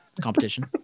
competition